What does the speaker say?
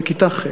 בכיתה ח'.